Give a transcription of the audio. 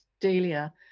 Delia